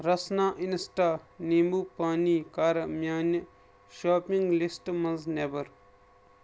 رسنا insta نیٖبوٗ پانی کَر میانہِ شاپنگ لسٹ منٛز نٮ۪بر